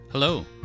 Hello